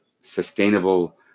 sustainable